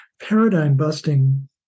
paradigm-busting